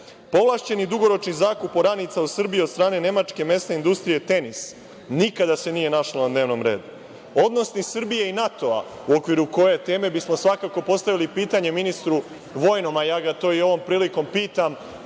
povlašćeni dugoročni zakup oranica u Srbiji od strane nemačke mesne industrije „Tenis“ – nikada se nije našlo na dnevnom redu; odnosi Srbije i NATO-a u okviru koje teme bismo svakako postavili pitanje ministru vojnom, a ja ga to i ovom prilikom pitam